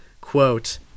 quote